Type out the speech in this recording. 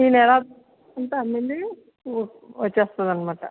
ఈ నెల వచ్చేస్తుందనమాట